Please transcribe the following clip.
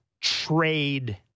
trade